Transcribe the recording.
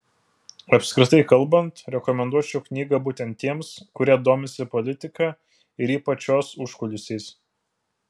apskritai kalbant rekomenduočiau knygą būtent tiems kurie domisi politika ir ypač jos užkulisiais